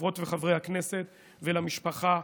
לחברות וחברי הכנסת ולמשפחה: